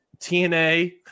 TNA